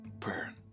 Prayer